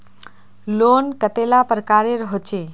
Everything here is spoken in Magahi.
लोन कतेला प्रकारेर होचे?